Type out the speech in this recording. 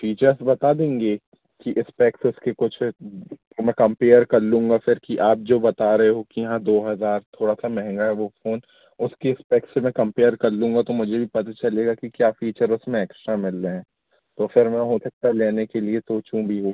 features बता देंगे कि इस्पेक्स उसके कुछ तो मैं कम्पेयर कर लूँगा फिर कि आप जो बता रहे हो कि हाँ दो हज़ार थोड़ा सा महंगा है वो फ़ोन उसके इस्पेक्स से मैं कम्पेयर कर लूँगा तो मुझे भी पता चलेगा कि क्या फ़ीचर उसमें एक्स्ट्रा मिल रहे हैं तो फिर मैं हो सकता है लेने के लिए सोचूँ भी वो